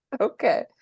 Okay